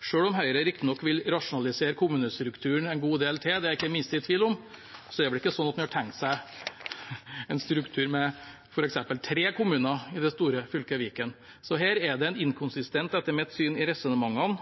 Selv om Høyre riktignok vil rasjonalisere kommunestrukturen en god del til, det er jeg ikke det minste i tvil om, er det vel ikke sånn at en har tenkt seg en struktur med f.eks. tre kommuner i det store fylket Viken. Så her er det etter mitt syn en